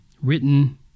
written